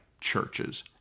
churches